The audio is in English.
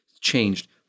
changed